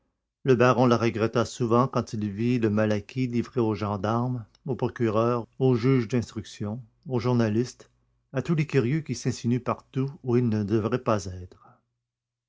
le baron la regretta souvent quand il vit le malaquis livré aux gendarmes au procureur au juge d'instruction aux journalistes à tous les curieux qui s'insinuent partout où ils ne devraient pas être